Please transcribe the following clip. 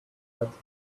batcave